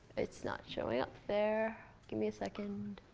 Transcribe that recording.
it's not showing up there. give me a second.